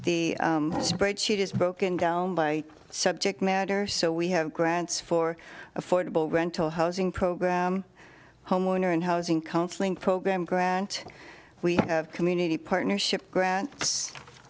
the spreadsheet is broken down by subject matter so we have grants for affordable rental housing program homeowner and housing counseling program grant we have community partnership grants